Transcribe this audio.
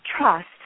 trust